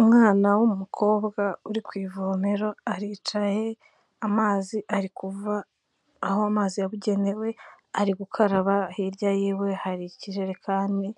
Umwana w'umukobwa uri ku ivomero aricaye, amazi ari kuva aho amazi yabugenewe ari gukaraba, hirya yiwe hari ikijerekani